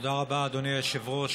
תודה רבה, אדוני היושב-ראש.